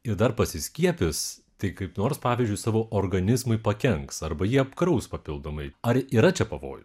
ir dar pasiskiepijus tai kaip nors pavyzdžiui savo organizmui pakenks arba jį apkraus papildomai ar yra čia pavojų